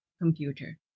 computer